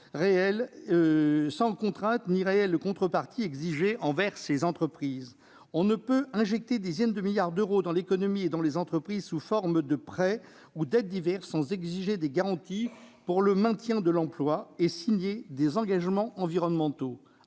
sans contraintes ni réelles contreparties exigées de leur part ? On ne peut injecter des dizaines de milliards d'euros dans l'économie et dans les entreprises, sous forme de prêts ou d'aides diverses, sans exiger des garanties pour le maintien de l'emploi et signer des engagements environnementaux